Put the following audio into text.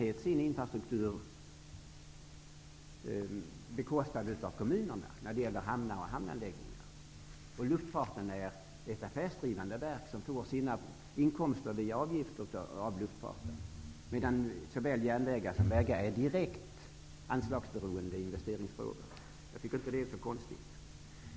Sjöfartens infrastruktur, hamnar och hamnanläggningar, bekostas i allmänhet av kommunerna, och luftfarten sköts av ett affärsdrivande verk som får sina inkomster via avgifter, medan såväl järnvägar som vägar är direkt anslagsberoende i investeringsfrågor. Jag tycker inte att det är så konstigt.